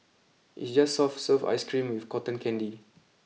it's just soft serve ice cream with cotton candy